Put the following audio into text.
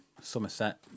Somerset